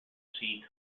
sea